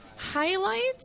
Highlights